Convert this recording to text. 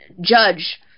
judge